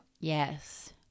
yes